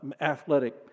athletic